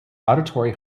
auditory